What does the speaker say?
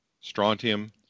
strontium